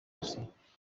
bushinwa